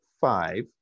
five